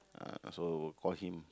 uh so call him